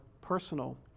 personal